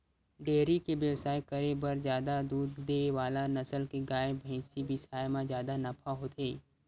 dairy के बेवसाय करे बर जादा दूद दे वाला नसल के गाय, भइसी बिसाए म जादा नफा होथे